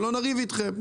ולא נריב איתכם,